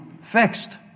Fixed